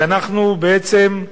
ואנחנו בעצם,